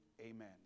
Amen